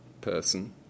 person